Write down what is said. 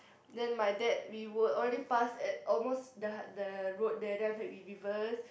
then my dad we were already past at almost the high the road there then after that we reverse